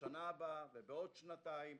בשנה הבאה ובעוד שנתיים,